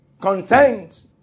content